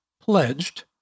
pledged